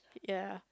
ya